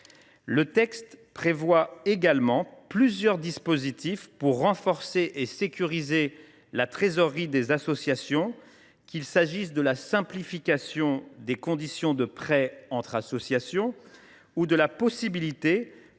Le texte prévoit également plusieurs dispositifs pour renforcer et sécuriser la trésorerie des associations, qu’il s’agisse de la simplification des conditions de prêts entre associations, ou de la possibilité,